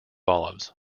olives